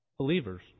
believers